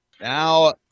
Now